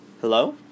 Hello